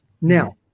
Now